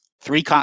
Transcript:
three